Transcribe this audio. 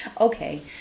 Okay